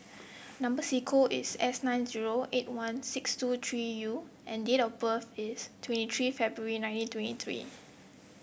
number sequence is S nine zero eight one six two three U and date of birth is twenty three February nineteen twenty three